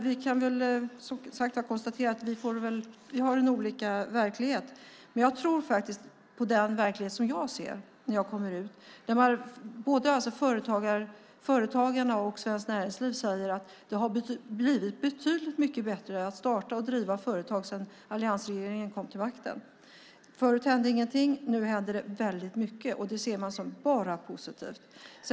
Vi kan konstatera att vi har olika verklighetsuppfattning, men jag tror faktiskt på den verklighet som jag ser när jag kommer ut. Både företagen och Svenskt Näringsliv säger att det har blivit betydligt mycket bättre att starta och driva företag sedan alliansregeringen kom till makten. Förut hände ingenting. Nu händer det väldigt mycket, och det ser man bara som positivt.